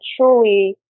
truly